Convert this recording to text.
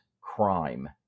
crime